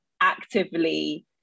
actively